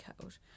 Code